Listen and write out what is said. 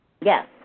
yes